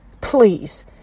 please